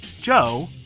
Joe